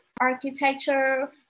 architecture